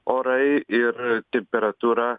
orai ir temperatūra